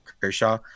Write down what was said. kershaw